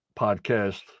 podcast